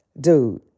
Dude